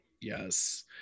yes